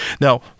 Now